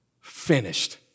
finished